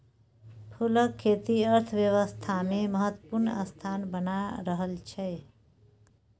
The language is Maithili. फूलक खेती अर्थव्यवस्थामे महत्वपूर्ण स्थान बना रहल छै